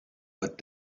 but